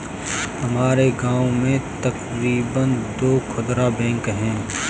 हमारे गांव में तकरीबन दो खुदरा बैंक है